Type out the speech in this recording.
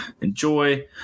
enjoy